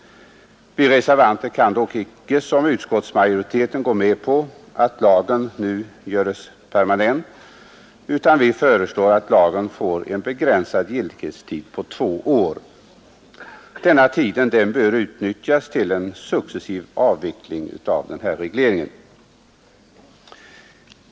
Vi reservanter kan dock inte som utskottsmajoriteten gå med på att lagen nu görs permanent, utan vi föreslår att lagen får en begränsad giltighet på två år. Denna tid bör utnyttjas till en successiv avveckling av den här regleringen.